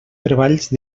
treballs